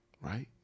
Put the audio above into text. right